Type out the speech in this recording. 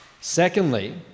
Secondly